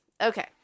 Okay